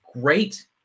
great